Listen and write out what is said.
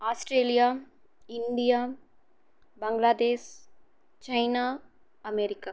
Australia India Bangladesh China America